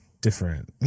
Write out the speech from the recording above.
different